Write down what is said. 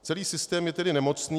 Celý systém je tedy nemocný.